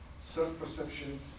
self-perception